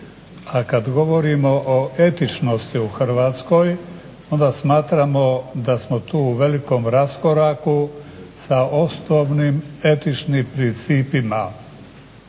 A kada govorimo o etičnosti u Hrvatskoj onda smatramo da smo tu u velikom raskoraku sa osnovnim etičnim principima.